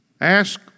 ask